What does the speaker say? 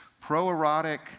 pro-erotic